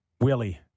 Willie